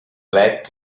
black